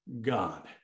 God